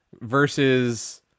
versus